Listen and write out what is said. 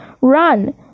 Run